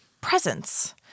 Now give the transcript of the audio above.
presence